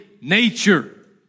nature